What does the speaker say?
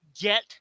get